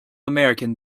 american